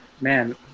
man